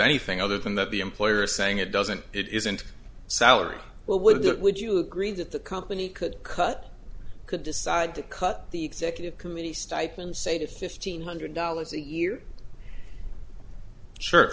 anything other than that the employer saying it doesn't it isn't salary well would that would you agree that the company could cut could decide to cut the executive committee stipend say to fifteen hundred dollars a year sure